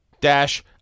dash